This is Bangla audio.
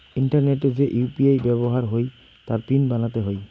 ইন্টারনেটে যে ইউ.পি.আই ব্যাবহার হই তার পিন বানাতে হই